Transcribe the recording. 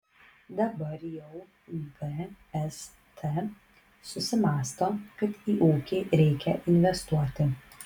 dabar jau vst susimąsto kad į ūkį reikia investuoti